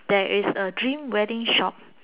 there is a dream wedding shop